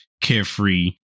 carefree